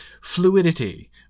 fluidity